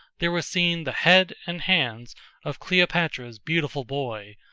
there was seen the head and hands of cleopatra's beautiful boy,